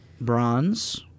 bronze